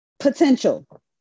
potential